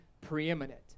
preeminent